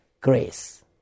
grace